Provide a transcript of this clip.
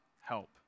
help